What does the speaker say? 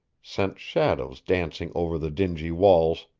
sent shadows dancing over the dingy walls,